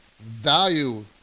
Value